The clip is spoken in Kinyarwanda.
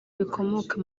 bikomoka